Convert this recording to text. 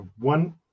one